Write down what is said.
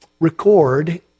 record